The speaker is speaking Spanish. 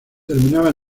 terminaba